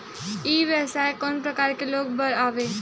ई व्यवसाय कोन प्रकार के लोग बर आवे?